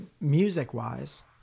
music-wise